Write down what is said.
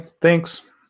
thanks